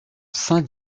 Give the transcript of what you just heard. saint